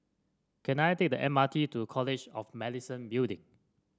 can I take the M R T to College of Medicine Building